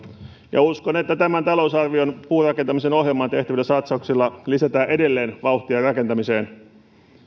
uskon että tämän talousarvion puurakentamisen ohjelmaan tehtävillä satsauksilla lisätään edelleen vauhtia rakentamiseen